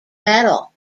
medal